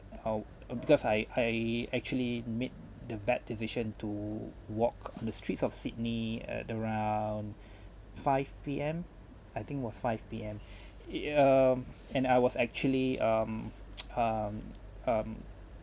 how uh because I I actually made the bad decision to walk on the streets of sydney at around five P_M I think it was five P_M um and I was actually um um um